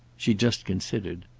she just considered.